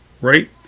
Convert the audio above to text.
right